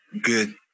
good